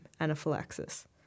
anaphylaxis